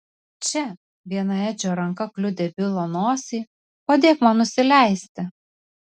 čia viena edžio ranka kliudė bilo nosį padėk man nusileisti